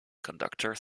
conductor